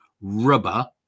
rubber